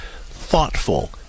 thoughtful